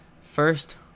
First